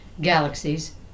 galaxies